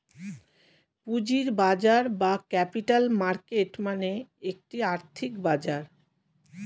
পুঁজির বাজার বা ক্যাপিটাল মার্কেট মানে একটি আর্থিক বাজার